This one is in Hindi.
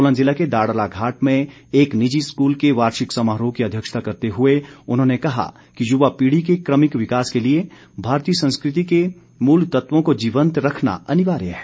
सोलन जिला के दाड़लाघाट में एक निजी स्कूल के वार्षिक समारोह की अध्यक्षता करते हुए उन्होंने कहा कि युवा पीढ़ी के कमिक विकास के लिए भारतीय संस्कृति के मूल तत्वों को जीवंत रखना अनिवार्य है